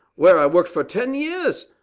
where i worked for ten year.